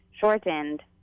shortened